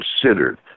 considered